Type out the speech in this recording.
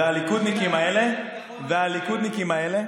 והליכודניקים האלה מצטערים.